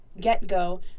get-go